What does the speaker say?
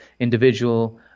individual